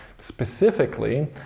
Specifically